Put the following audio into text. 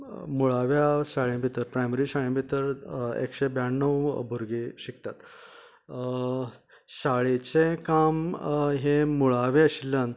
मुळाव्या शाळें भितर प्रायमरी शाळें भितर एकशें ब्याणव भुरगीं शिकतात शाळेचे काम हे मुळावें आशिल्ल्यान